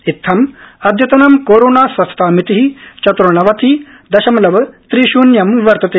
इत्थं अदयतनं कोरोणास्वस्थतामिति चतुर्णवति दशमलव त्रि शृन्यं वर्तते